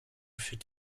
fit